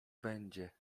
będzie